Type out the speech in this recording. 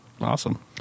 awesome